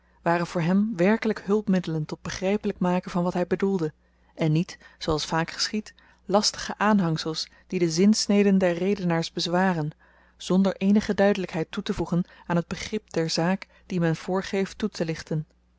voor hem werkelyk hulpmiddelen tot begrypelyk maken van wat hy bedoelde en niet zooals vaak geschiedt lastige aanhangsels die de zinsneden der redenaars bezwaren zonder eenige duidelykheid toetevoegen aan t begrip der zaak die men voorgeeft toetelichten